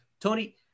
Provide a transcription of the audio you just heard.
Tony